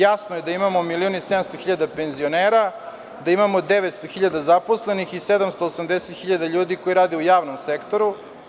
Jasno je da imamo milion i 700 hiljada penzionera, da imamo 900 hiljada zaposlenih i 780 hiljada ljudi koji rade u javnom sektoru.